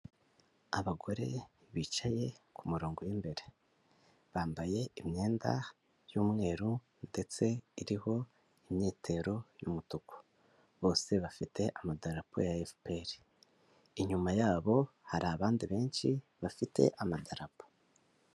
Abagore bicaye ku murongo w'imbere, bambaye imyenda y'umweru ndetse iriho imyitero y'umutuku; bose bafite amadarapo ya FPR. Inyuma yabo hari abandi benshi bafite amadarapo.